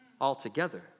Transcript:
altogether